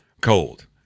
Cold